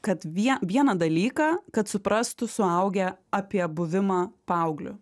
kad vie vieną dalyką kad suprastų suaugę apie buvimą paaugliu